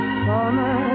summer